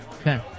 Okay